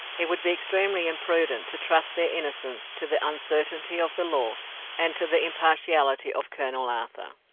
it would be extremely imprudent to trust their innocence to the uncertainty of the law and to the impartiality of colonel arthur.